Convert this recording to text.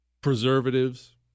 Preservatives